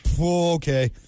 okay